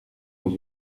aux